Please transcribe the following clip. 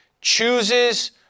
chooses